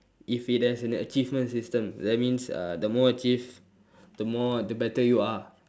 if it has an achievement system that means uh the more achieve the more the better you are